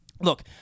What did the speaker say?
look